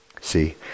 see